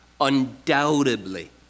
Undoubtedly